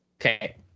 Okay